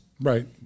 Right